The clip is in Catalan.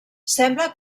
sembla